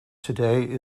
today